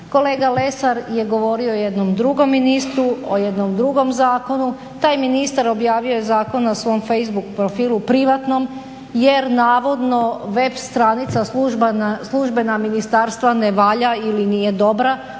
Kolega Lesar je govorio o jednom drugom ministru, o jednom drugom zakonu. Taj ministar objavio je zakon na svom facebook profilu privatnom jer navodno web stranica službena ministarstva ne valja ili nije dobra,